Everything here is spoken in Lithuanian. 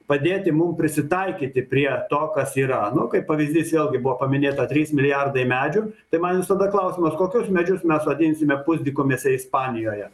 padėti mum prisitaikyti prie to kas yra nu kaip pavyzdys vėlgi buvo paminėta trys milijardai medžių tai man visada klausimas kokius medžius mes sodinsime pusdykumėse ispanijoje